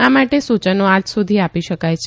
આ માટે સૂચનો આજ સુધી આપી શકાય છે